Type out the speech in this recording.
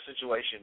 situation